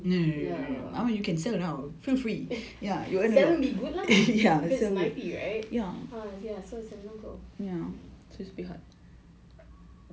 sell means good lah because it's ninety right ya so its a no go